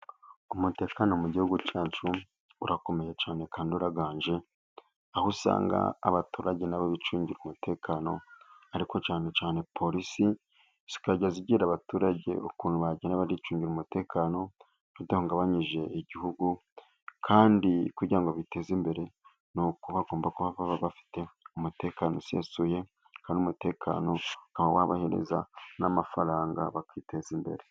Umutekano mu gihugu cyacu urakomeye cyane, kandi uraganje aho usanga abaturage nabo bicungira umutekano, ariko cyane cyane polisi, zikajya zibwira abaturage ukuntu bagenda baricungira umutekano, badahungabanyije igihugu, kandi kugira ngo biteze imbere ni uko bagomba kuba bafite umutekano usesuye, kandi umutekano ukaba wababahereza n'amafaranga bakiteza imbere.